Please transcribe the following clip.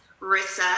Rissa